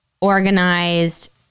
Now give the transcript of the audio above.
organized